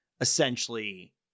essentially